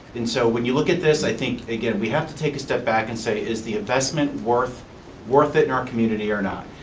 and so when you look at this i think, again, we have to take a step back and say, is the investment worth worth it in our community or not?